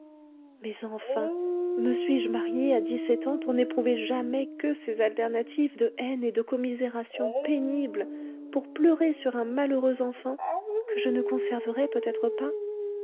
mais enfin me suis-je mariée à dix-sept ans pour n'éprouver jamais que ces alternatives de haine et de commisération pénible pour pleurer sur un malheureux enfant que je ne conserverai peut-être pas